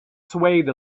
swayed